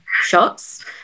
shots